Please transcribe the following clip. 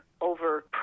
over